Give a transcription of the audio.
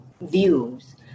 views